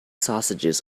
sausages